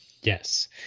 Yes